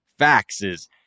faxes